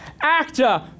actor